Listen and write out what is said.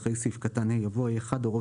אחרי סעיף קטן (ה) יבוא: "(ה1) הוראות